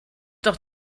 doch